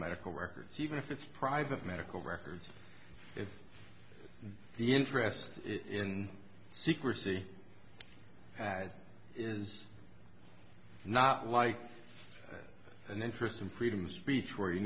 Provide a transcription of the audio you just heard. medical records even if it's private medical records if the interest in secrecy is not like an interest in freedom of speech